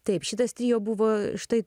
taip šitas trio buvo štai